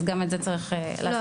אז גם בזה צריך לעשות התאמה.